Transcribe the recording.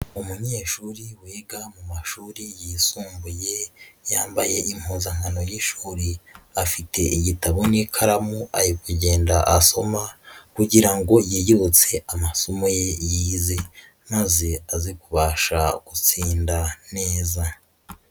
Umunyeshuri wiga mu mashuri yisumbuye yambaye impuzankano y'ishuri, afite igitabo n'ikaramu ari kugenda asoma kugira ngo yiyibutse amasomo ye yize maze aze kubasha gutsinda neza.